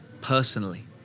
personally